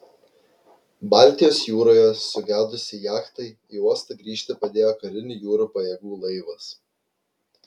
baltijos jūroje sugedusiai jachtai į uostą grįžti padėjo karinių jūrų pajėgų laivas